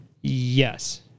yes